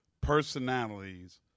personalities